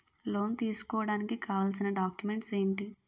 Loan తీసుకోడానికి కావాల్సిన documents ఎంటి?